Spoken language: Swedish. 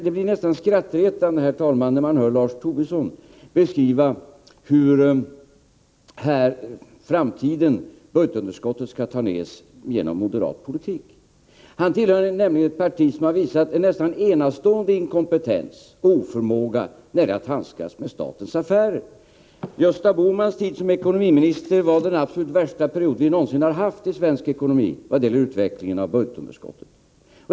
Det är nästan skrattretande att höra Lars Tobisson beskriva hur man i framtiden skall få ned budgetunderskottet genom moderat politik. Han tillhör nämligen ett parti som har visat en enastående inkompetens, oförmåga, när det gäller att handskas med statens affärer. Gösta Bohmans tid som ekonomiminister var den absolut värsta period vi någonsin upplevt i svensk ekonomi vad gäller utvecklingen av budgetunderskottet.